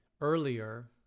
earlier